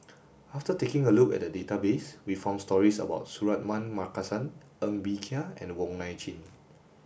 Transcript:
after taking a look at the database we found stories about Suratman Markasan Ng Bee Kia and Wong Nai Chin